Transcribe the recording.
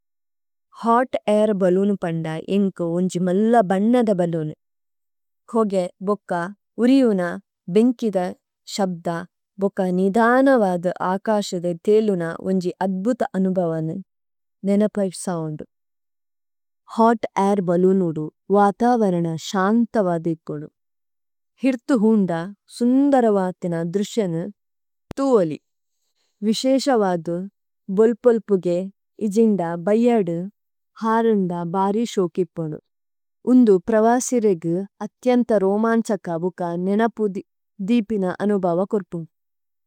Hot air balloon പംഡായിംകു ഉഞ്ജി മല്ല ബന്നദ ബലുനു। ഹോഗെ, ബൊക്ക, ഉരിയുന, ബിംകിദ, ശബ്ദ, ബൊക്ക നിധാനവാദ ആകാശദ ദേലുന ഉഞ്ജി അദ്ബുത അനുഗവനു। നിനപ്പേസാവന്നു। ഹാട് ആയ്ര് ബലുനുദു വാതാവരണ ശാംതവാദിപ്പുളു। ഹിര്തുഹൂംഡ സുംദരവാദിന ദ്രുഷ്യനു തൂവലി। വിഷേഷവാദു ബൊല്പല്പുഗെ ഇജിന്ന ബയാഡ ഹാരണ്ഡ ബാരി ശോകിപ്പനു। ഉന്നു പ്രവാസിരെഗു അത്യംത്ത രോമാംചക്ക ഉകാ നിനപുദി ദിപിന അനുഭാവ കൊര്പുനു।